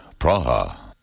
Praha